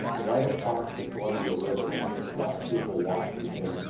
right across the columbia river is washougal, washington,